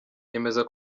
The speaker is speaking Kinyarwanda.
yemeza